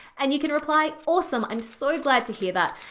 and you can reply, awesome, i'm so glad to hear that,